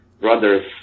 brothers